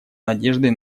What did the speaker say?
надеждой